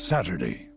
Saturday